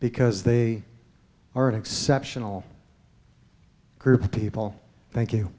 because they are an exceptional group of people thank